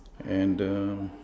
and the